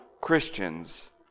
Christians